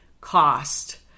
cost